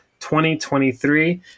2023